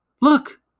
Look